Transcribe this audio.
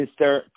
Mr